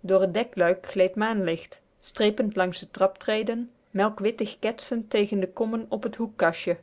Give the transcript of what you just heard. door t dekluik gleed maanlicht strepend langs de traptreden melkwittig ketsend tegen de kommen op t hoekkastje